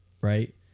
right